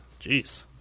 Jeez